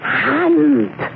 hand